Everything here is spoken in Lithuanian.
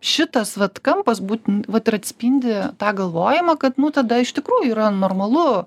šitas vat kampas būtent vat ir atspindi tą galvojimą kad nu tada iš tikrųjų yra normalu